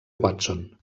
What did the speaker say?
watson